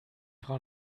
frau